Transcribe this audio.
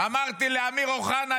אמרתי לאמיר אוחנה,